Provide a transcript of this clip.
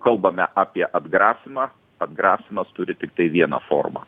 kalbame apie atgrasymą atgrasymas turi tiktai vieno formą